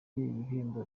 ibihembo